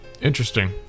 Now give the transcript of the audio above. Interesting